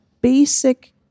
basic